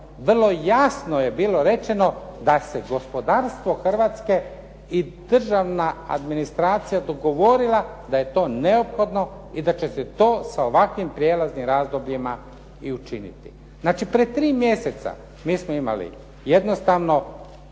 vrlo jasno je bilo rečeno da se gospodarstvo Hrvatske i državna administracija dogovorila da je to neophodno i da će se to sa ovakvim prijelaznim razdobljima i učiniti. Znači pred 3 mjeseca mi smo imali jednostavno